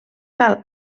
cal